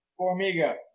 Formiga